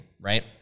right